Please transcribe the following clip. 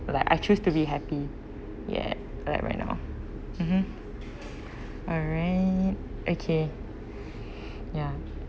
like I choose to be happy ya at right now mmhmm alright okay ya